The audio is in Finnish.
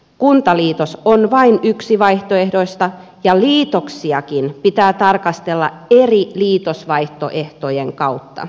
kuntaliitos on vain yksi vaihtoehdoista ja liitoksiakin pitää tarkastella eri liitosvaihtoehtojen kautta